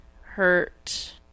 hurt